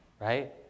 right